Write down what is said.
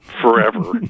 forever